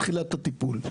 בתחילת הטיפול,